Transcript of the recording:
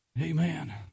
Amen